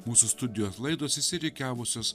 mūsų studijos laidos išsirikiavusios